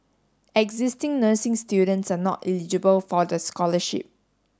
existing nursing students are not eligible for the scholarship